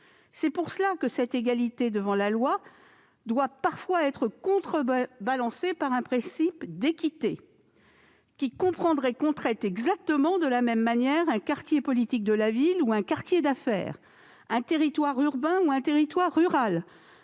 Voilà pourquoi l'égalité devant la loi doit parfois être contrebalancée par un principe d'équité. En effet, qui comprendrait qu'on traite exactement de la même manière un quartier politique de la ville ou un quartier d'affaires ? Un territoire urbain ou un territoire rural